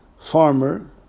farmer